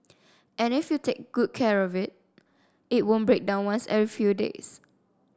and if you take good care of it it won't break down once every few days